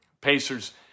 Pacers